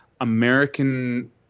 American